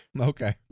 Okay